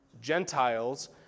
Gentiles